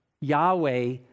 Yahweh